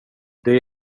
det